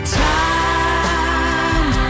time